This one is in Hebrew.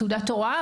תעודת הוראה,